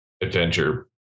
adventure